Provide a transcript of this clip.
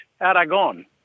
Aragon